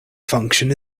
function